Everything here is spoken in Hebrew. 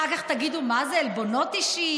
אחר כך תגידו: מה זה עלבונות אישיים?